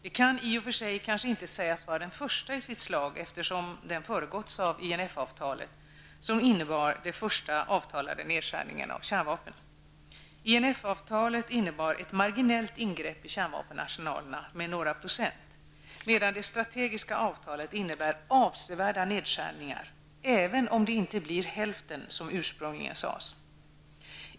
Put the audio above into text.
Det kan i och för sig kanske inte sägas vara den första i sitt slag, eftersom den har föregåtts av INF med några procent --, medan det strategiska avtalet innebär avsevärda nedskärningar, även om det inte blir hälften som ursprungligen sades.